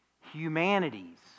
humanities